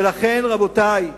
ולכן, רבותי,